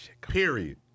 Period